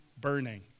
burning